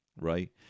right